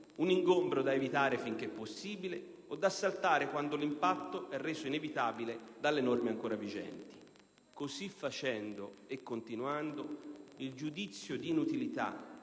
un ingombro da evitare finché possibile, o da saltare quando l'impatto è reso inevitabile dalle norme ancora vigenti. Così facendo e continuando, il giudizio di inutilità,